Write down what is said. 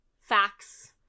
facts